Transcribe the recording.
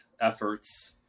efforts